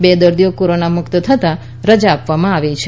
બે દર્દીઓ કોરોના મુક્ત થતાં રજા આપવામાં આવી છે